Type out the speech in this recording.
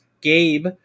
Gabe